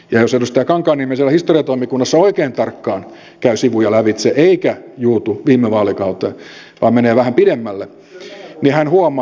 jos edustaja kankaanniemi siellä historiatoimikunnassa oikein tarkkaan käy sivuja lävitse eikä juutu viime vaalikauteen vaan menee vähän pidemmälle niin hän huomaa